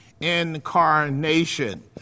incarnation